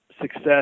success